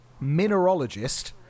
mineralogist